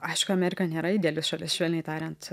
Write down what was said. aišku amerika nėra ideali šalis švelniai tariant